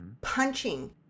Punching